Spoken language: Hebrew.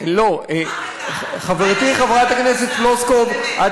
אחד לא חי מ-1,400 שקל בישראל.